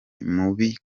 mubi